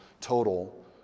total